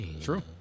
True